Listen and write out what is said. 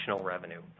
revenue